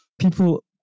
people